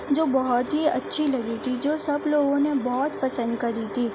جو بہت ہی اچھی لگی تھی جو سب لوگوں نے بہت پسند کری تھی